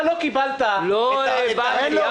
אתה לא קיבלת --- לא הבנתי.